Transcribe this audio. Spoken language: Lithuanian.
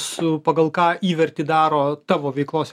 su pagal ką įvertį daro tavo veiklos